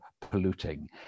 polluting